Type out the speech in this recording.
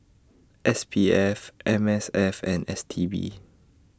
S P F M S F and S T B